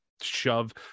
shove